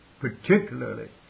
Particularly